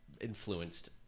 influenced